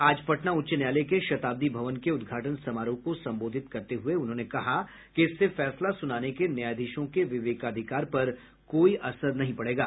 आज पटना उच्च न्यायालय के शताब्दी भवन के उद्घाटन समारोह को संबोधित करते हुए उन्होंने कहा कि इससे फैसला सुनाने के न्यायाधीशों के विवेकाधिकार पर कोई असर नहीं पड़ेगा